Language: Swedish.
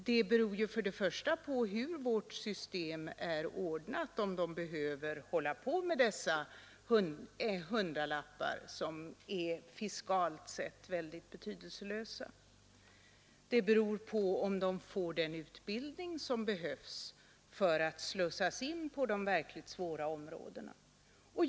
Det beror ju först och främst på hur vårt system är ordnat om de behöver hålla på med dessa hundralappar, som fiskalt sett är mycket betydelselösa. Vidare beror det på om de får den utbildning som behövs, om de skall kunna slussas in på de verkligt svåra områdena.